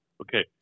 Okay